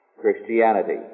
Christianity